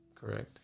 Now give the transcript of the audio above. Correct